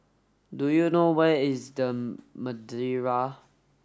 do you know where is The Madeira